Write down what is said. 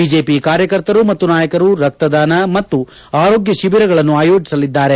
BJP ಕಾರ್ಯಕರ್ತರು ಮತ್ತು ನಾಯಕರು ರಕ್ತದಾನ ಮತ್ತು ಆರೋಗ್ಯ ಶಿಬಿರಗಳನ್ನು ಆಯೋಜಸಲಿದ್ದಾರೆ